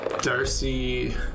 Darcy